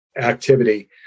activity